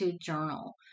journal